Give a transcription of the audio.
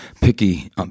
picky